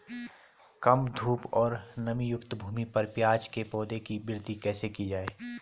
कम धूप और नमीयुक्त भूमि पर प्याज़ के पौधों की वृद्धि कैसे की जाए?